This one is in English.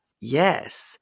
Yes